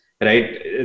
right